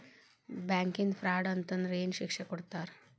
ಬ್ಯಾಂಕಿಂದಾ ಫ್ರಾಡ್ ಅತಂದ್ರ ಏನ್ ಶಿಕ್ಷೆ ಕೊಡ್ತಾರ್?